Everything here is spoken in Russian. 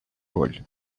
роль